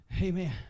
Amen